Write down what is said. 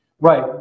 Right